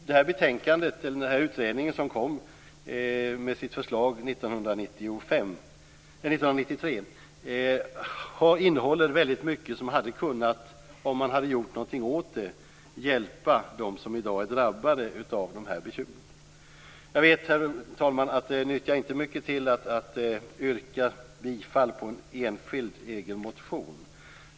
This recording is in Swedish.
Den utredning som lade fram sitt förslag 1993 innehåller väldigt mycket som, om man hade gjort något åt detta, hade kunnat hjälpa de människor som är drabbade av dessa bekymmer. Herr talman! Jag vet att det inte nyttjar mycket till att yrka bifall till en enskild motion.